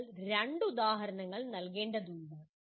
നിങ്ങൾ രണ്ട് ഉദാഹരണങ്ങൾ നൽകേണ്ടതുണ്ട്